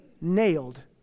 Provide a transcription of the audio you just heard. nailed